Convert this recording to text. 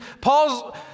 Paul's